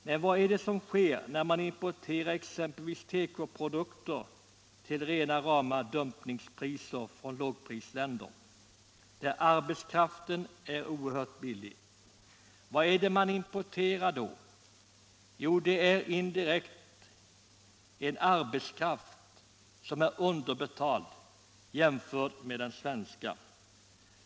Men vad sker när man importerar exempelvis tekoprodukter till rena rama dumpningspriser från lågprisländer, där arbetskraften är oerhört billig? Vad är det man importerar då? Jo, det är indirekt en arbetskraft som är underbetald jämfört med den svenska.